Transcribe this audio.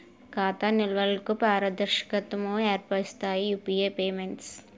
ఖాతా నిల్వలకు పారదర్శకతను ఏర్పరుస్తాయి యూపీఐ పేమెంట్స్